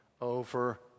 over